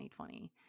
2020